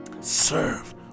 serve